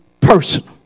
personal